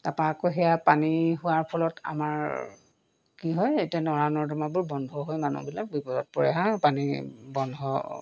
তাপা আকৌ সেয়া পানী হোৱাৰ ফলত আমাৰ কি হয় এতিয়া নৰা নৰ্দমাবোৰ বন্ধ হৈ মানুহবিলাক বিপদত পৰে হা পানী বন্ধ